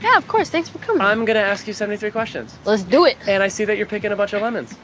yeah of course, thanks for coming. i'm gonna ask you seventy three questions. let's do it. and, i see that you're picking a bunch of lemons.